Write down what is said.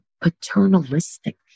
paternalistic